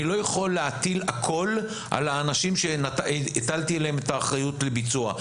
אני לא יכול להטיל הכול על האנשים שהטלתי עליהם את האחריות לביצוע,